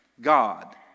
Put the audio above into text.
God